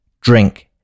drink